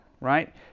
right